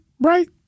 right